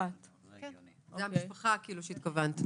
זאת המשפחה האחת אליה התכוונת.